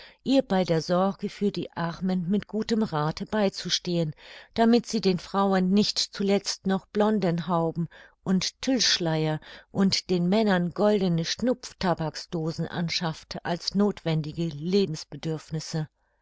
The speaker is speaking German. ihr bei der sorge für die armen mit gutem rathe beizustehen damit sie den frauen nicht zuletzt noch blondenhauben und tüllschleier und den männern goldene schnupftabaksdosen anschaffte als nothwendige